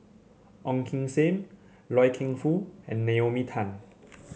Ong Kim Seng Loy Keng Foo and Naomi Tan